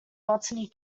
botany